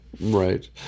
Right